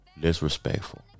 Disrespectful